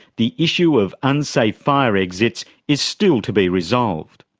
the issue of unsafe fire exits is still to be resolved.